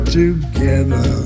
together